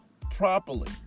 properly